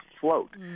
float